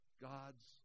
God's